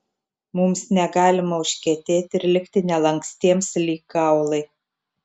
mums negalima užkietėti ir likti nelankstiems lyg kaulai